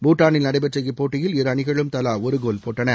பூட்டாளில் நடைபெற்ற இப்போட்டியில் இரு அணிகளும் தலா ஒரு கோல் போட்டன